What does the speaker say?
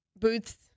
Boots